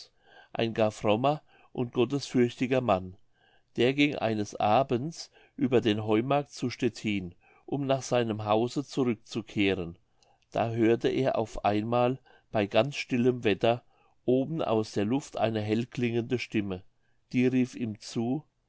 ein gar frommer und gottesfürchtiger mann der ging eines abends über den heumarkt zu stettin um nach seinem hause zurückzukehren da hörte er auf einmal bei ganz stillem wetter oben aus der luft eine hellklingende stimme die rief ihm zu